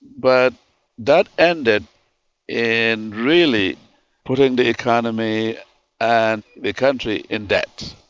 but that ended in really putting the economy and the country in debt,